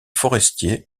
forestier